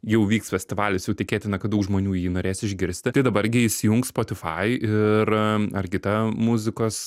jau vyks festivalis jau tikėtina kad daug žmonių jį norės išgirsti tai dabar gi įsijunk spotify ir ar kitą muzikos